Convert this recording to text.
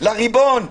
לריבון.